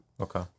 Okay